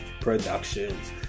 Productions